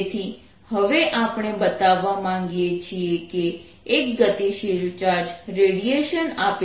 તેથી હવે આપણે બતાવવા માંગીએ છીએ કે એક ગતિશીલ ચાર્જ રેડિયેશન આપે છે